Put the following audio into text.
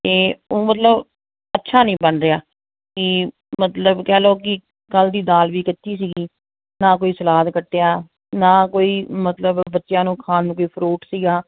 ਇਹ ਉਹ ਮਤਲਬ ਅੱਛਾ ਨਹੀਂ ਬਣ ਰਿਹਾ ਕਿ ਮਤਲਬ ਕਹਿ ਲਓ ਕਿ ਕੱਲ੍ਹ ਦੀ ਦਾਲ ਵੀ ਕੱਚੀ ਸੀਗੀ ਨਾ ਕੋਈ ਸਲਾਦ ਕੱਟਿਆ ਨਾ ਕੋਈ ਮਤਲਬ ਬੱਚਿਆਂ ਨੂੰ ਖਾਣ ਨੂੰ ਕੋਈ ਫਰੂਟ ਸੀਗਾ